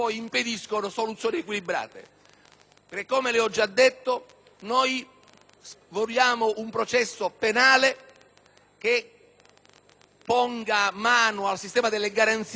vogliamo un processo penale che ponga mano al sistema delle garanzie a favore del cittadino, ma che garantisca la effettività